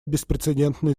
беспрецедентные